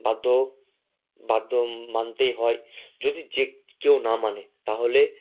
বাধ্য বাধ্য মানতেই হয় যদি যে কেউ না মানে তাহলে